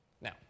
Now